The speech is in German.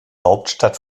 hauptstadt